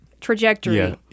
trajectory